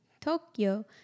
Tokyo